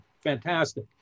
fantastic